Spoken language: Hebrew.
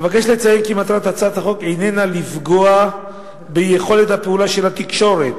אבקש לציין כי מטרת הצעת החוק איננה לפגוע ביכולת הפעולה של התקשורת